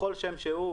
בכל שם שהוא,